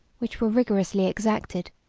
which were rigorously exacted,